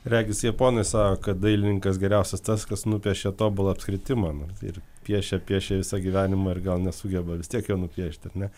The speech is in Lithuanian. regis japonai sako kad dailininkas geriausias tas kas nupiešia tobulą apskritimą ir piešia piešia visą gyvenimą ir gal nesugeba vis tiek jo nupiešti ar ne